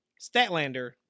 Statlander